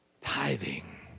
Tithing